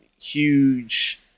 huge